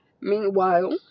Meanwhile